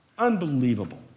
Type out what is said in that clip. Unbelievable